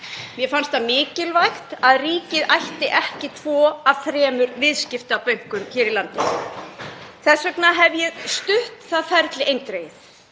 Mér fannst það mikilvægt að ríkið ætti ekki tvo af þremur viðskiptabönkum í landinu. Þess vegna hef ég stutt það ferli eindregið.